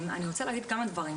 אני רוצה להגיד כמה דברים.